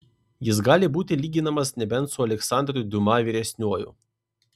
jis gali būti lyginamas nebent su aleksandru diuma vyresniuoju